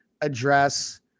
address